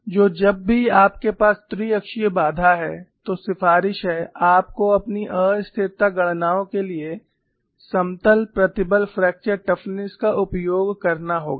तो जब भी आपके पास त्रि अक्षीय बाधा है तो सिफारिश है आपको अपनी अस्थिरता गणनाओं के लिए समतल प्रतिबल फ्रैक्चर टफनेस का उपयोग करना होगा